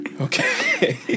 Okay